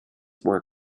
were